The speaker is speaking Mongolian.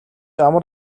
амар